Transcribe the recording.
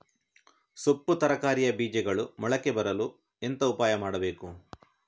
ಸೊಪ್ಪು ತರಕಾರಿಯ ಬೀಜಗಳು ಮೊಳಕೆ ಬರಲು ಎಂತ ಉಪಾಯ ಮಾಡಬೇಕು?